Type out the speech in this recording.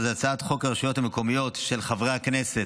הצעת חוק הרשויות המקומיות של חברי הכנסת,